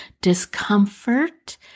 discomfort